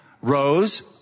rose